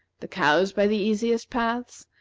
the cows by the easiest paths,